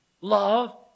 Love